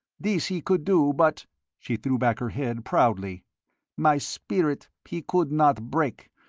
this he could do, but she threw back her head proudly my spirit he could not break.